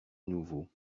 nouveau